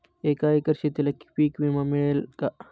एका एकर शेतीला पीक विमा मिळेल का?